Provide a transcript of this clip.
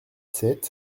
sept